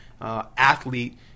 athlete